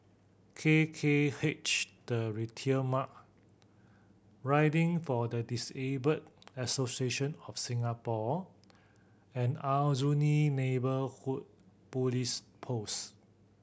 K K H The Retail Riding for the Disabled Association of Singapore and Aljunied Neighbourhood Police Post